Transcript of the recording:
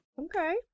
Okay